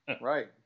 right